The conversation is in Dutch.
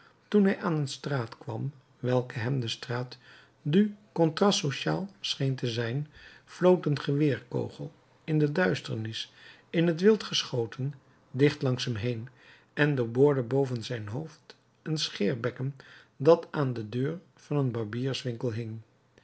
toen hij aan een straat kwam welke hem de straat du contrat social scheen te zijn floot een geweerkogel in de duisternis in t wild geschoten dicht langs hem heen en doorboorde boven zijn hoofd een scheerbekken dat aan de deur van een barbierswinkel hing